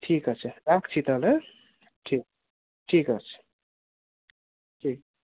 ঠিক আছে রাখছি তাহলে হ্যাঁ ঠিক আছে ঠিক আছে ঠিক